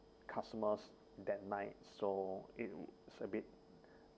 customers that night so it's a bit